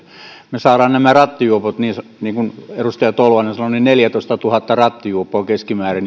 me saamme nämä rattijuopot niin kuin edustaja tolvanen sanoi neljätoistatuhatta rattijuoppoa on keskimäärin